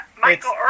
Michael